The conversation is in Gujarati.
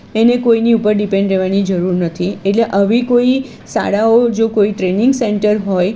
એને કોઈની ઉપર ડિપેન્ડ રહેવાની જરૂર નથી એટલે આવી કોઈ શાળાઓ જો કોઈ ટ્રેનિંગ સેન્ટર હોય